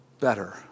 better